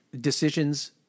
decisions